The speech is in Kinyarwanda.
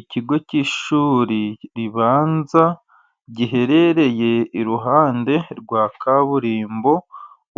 Ikigo cy'shuri ribanza giherereye iruhande rwa kaburimbo,